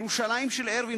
ירושלים של ארווין